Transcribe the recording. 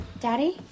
Daddy